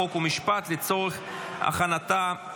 חוק ומשפט לצורך הכנתה לקריאה ראשונה.